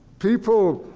people